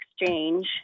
exchange